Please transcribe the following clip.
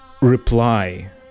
reply